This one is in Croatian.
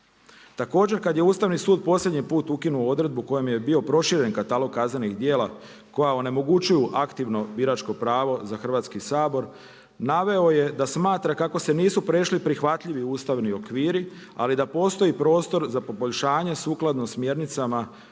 Također kad je Ustavni sud posljednji put ukinuo odredbu kojim je bio proširen katalog kaznenih djela koja onemogućuju aktivno biračko pravo za Hrvatski sabor naveo je da smatra kako se nisu prešli prihvatljivi ustavni okviri, ali da postoji prostor za poboljšanje sukladno smjernicama Europskog